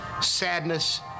sadness